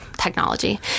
technology